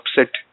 upset